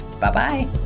Bye-bye